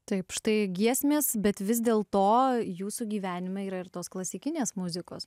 taip štai giesmės bet vis dėl to jūsų gyvenime yra ir tos klasikinės muzikos